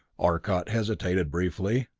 arcot hesitated briefly.